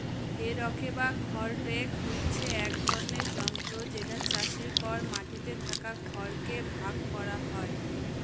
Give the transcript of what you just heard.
হে rake বা খড় rake হচ্ছে এক ধরনের যন্ত্র যেটা চাষের পর মাটিতে থাকা খড় কে ভাগ করা হয়